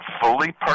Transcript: fully